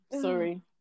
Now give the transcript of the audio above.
sorry